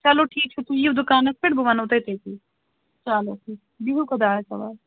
چلو ٹھیٖک چھُ تُہۍ یِیِو دُکانَس پٮ۪ٹھ بہٕ وَنہو تۄہہِ تٔتی چلو ٹھیٖک بِہِو خۄدایَس حوالہٕ